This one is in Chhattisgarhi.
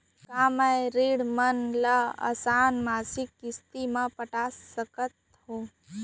का मैं ऋण मन ल आसान मासिक किस्ती म पटा सकत हो?